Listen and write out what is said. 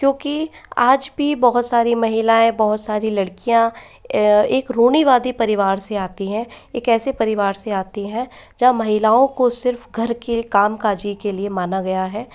क्योंकि आज भी बहुत सारी महिलाएँ बहुत सारी लड़कियाँ एक रूढ़िवादी परिवार से आती हैं एक ऐसे परिवार से आती हैं जहाँ महिलाओं को सिर्फ़ घर के काम काज के लिए माना गया है